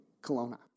Kelowna